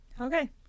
okay